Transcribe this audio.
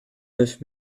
neuf